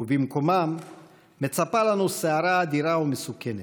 ובמקומם מצפה לנו סערה אדירה ומסוכנת,